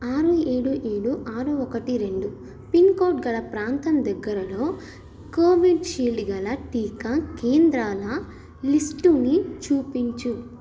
ఆరు ఏడు ఏడు ఆరు ఒకటి రెండు పిన్ కోడ్ గల ప్రాంతం దగ్గరలో కోవిషీల్డ్ గల టీకా కేంద్రాల లిస్టుని చూపించుము